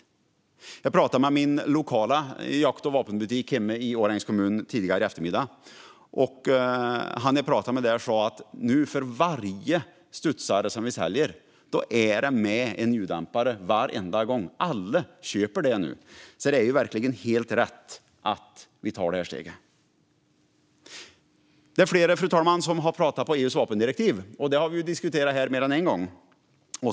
I eftermiddags pratade jag med min lokala jakt och vapenbutik hemma i Årjängs kommun, och han jag pratade med sa att med varje studsare säljs en ljuddämpare. Alla köper det nu, så det är verkligen helt rätt att vi tar detta steg. Fru talman! Flera har pratat om EU:s vapendirektiv, och det har vi ju diskuterat här mer än en gång.